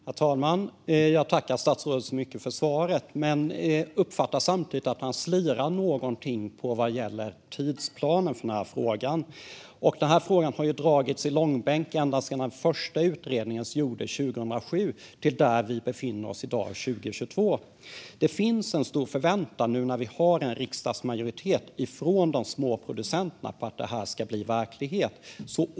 Herr talman! Jag tackar statsrådet för svaret. Men samtidigt uppfattar jag att han slirar något vad gäller tidsplanen för frågan. Frågan har dragits i långbänk ända sedan den första utredningen gjordes 2007 till där vi befinner oss i dag 2022. Det finns en stor förväntan från de små producenterna, nu när det finns en riksdagsmajoritet, på att gårdsförsäljning ska bli verklighet.